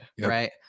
Right